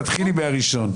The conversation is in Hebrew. תתחילי מהראשונה.